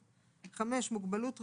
(5) מוגבלות ראייה,